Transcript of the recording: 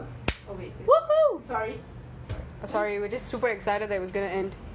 think of checking then check lah